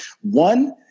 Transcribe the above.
one